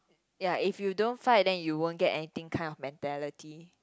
ya if you don't fight then you won't get anything kind of mentality